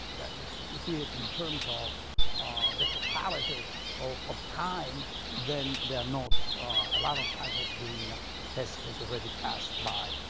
and if you see it in terms of ah the totality of of time then they are not a lot of time has been has has already passed by.